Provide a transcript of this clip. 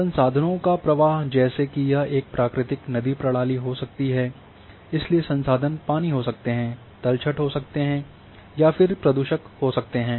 संसाधनों का प्रवाह जैसे यह एक प्राकृतिक नदी प्रणाली हो सकती है इसलिए संसाधन पानी हो सकते हैं तलछट हो सकते हैं या फिर प्रदूषक हो सकते हैं